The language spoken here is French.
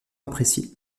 apprécié